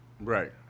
Right